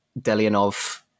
Delianov